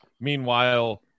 Meanwhile